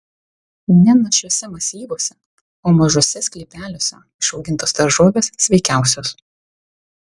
ne našiuose masyvuose o mažuose sklypeliuose išaugintos daržovės sveikiausios